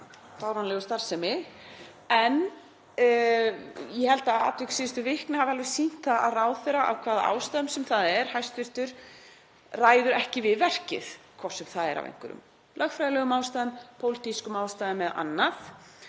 fáránlegu starfsemi. En ég held að atvik síðustu vikna hafi alveg sýnt að hæstv. ráðherra, af hvaða ástæðum sem það er, ræður ekki við verkið, hvort sem það er af einhverjum lögfræðilegum ástæðum, pólitískum ástæðum eða öðrum.